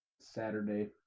Saturday